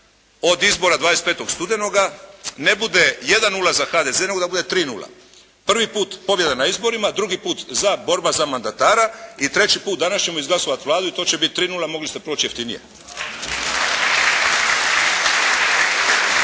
od izbora 25. studenoga ne bude 1:0 za HDZ nego da bude 3:0. Prvi put pobjeda na izborima, drugi put za, borba za mandatara i treći put danas ćemo izglasovati Vladu i to će biti 3:0. Mogli ste proći jeftinije.